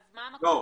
לא,